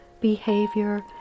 behavior